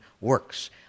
works